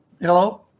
Hello